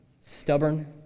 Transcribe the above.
stubborn